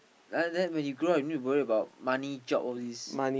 uh then when you grow up need to worry about money job all this